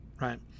right